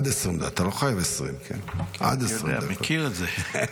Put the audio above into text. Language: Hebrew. עד 20, אתה לא חייב 20. אני יודע, מכיר את זה.